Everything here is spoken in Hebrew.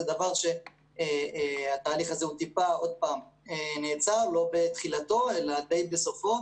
זה תהליך שטיפה נעצר לא בתחילתו אלא די בסופו